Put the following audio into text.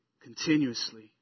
continuously